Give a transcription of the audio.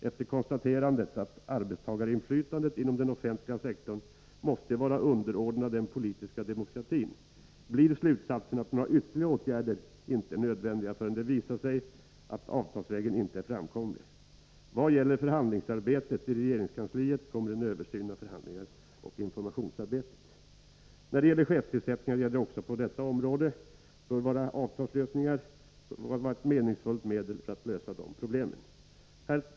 Efter konstaterandet att arbetstagarinflytandet inom den offentliga sektorn måste vara underordnat den politiska demokratin, blir slutsatsen att några nya åtgärder inte är nödvändiga förrän det visar sig att avtalsvägen inte är framkomlig. Vad gäller förhandlingsarbetet i regeringskansliet kommer en översyn av förhandlingsoch informationsarbetet att ske. När det gäller chefstillsättningar gäller också på detta område att avtalslösningarna bör vara ett meningsfullt medel att lösa problemen.